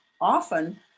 often